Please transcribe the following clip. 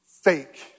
fake